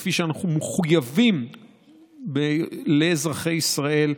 כפי שאנחנו מחויבים לאזרחי ישראל,